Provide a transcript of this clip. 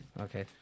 Okay